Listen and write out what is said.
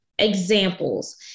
examples